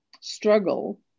struggle